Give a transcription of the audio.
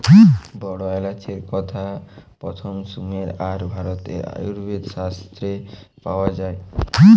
বড় এলাচের কথা প্রথম সুমের আর ভারতের আয়ুর্বেদ শাস্ত্রে পাওয়া যায়